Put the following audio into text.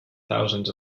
thousands